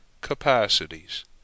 capacities